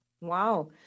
Wow